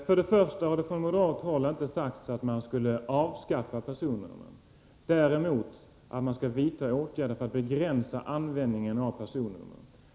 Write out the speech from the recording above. Fru talman! Det har från moderat håll inte sagts att personnumren skall avskaffas. Däremot har det sagts att man skall vidta åtgärder för att begränsa användningen av dem.